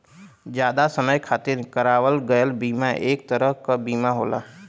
जादा समय खातिर करावल गयल बीमा एक तरह क बीमा होला